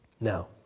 Now